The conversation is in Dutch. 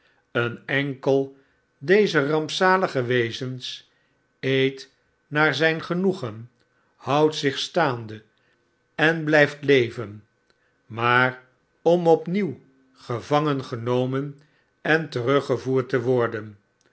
een enkel dezer rampzalige wezens eet naar zgn genoegen houdt zich staande en blyft leven maar om opnieuw gevangengenomen en teruggevoerd te worden